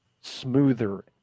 smoother